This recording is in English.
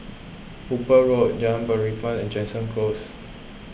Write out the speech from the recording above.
Hooper Road Jalan Belibas and Jansen Close